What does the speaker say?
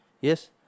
yes